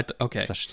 Okay